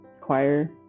choir